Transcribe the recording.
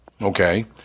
Okay